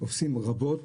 עושים רבות,